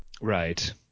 Right